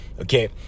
Okay